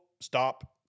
stop